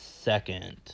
second